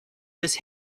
des